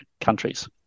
countries